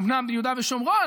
אומנם ביהודה ושומרון,